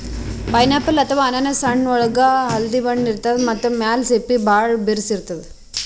pineapple ಅಥವಾ ಅನಾನಸ್ ಹಣ್ಣ್ ಒಳ್ಗ್ ಹಳ್ದಿ ಬಣ್ಣ ಇರ್ತದ್ ಮ್ಯಾಲ್ ಸಿಪ್ಪಿ ಭಾಳ್ ಬಿರ್ಸ್ ಇರ್ತದ್